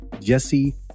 Jesse